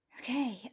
Okay